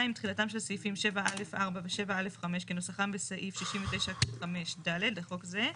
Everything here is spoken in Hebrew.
2. תחילתם של סעיף 7(א)(4) ו-7(א)(5) כניסוחם בסעיף 69(5)(ד) לחוק זה.